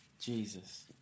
Jesus